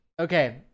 Okay